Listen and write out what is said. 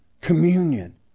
communion